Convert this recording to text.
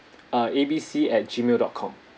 uh A B C at gmail dot com